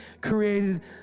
created